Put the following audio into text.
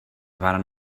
varen